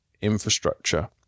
infrastructure